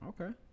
okay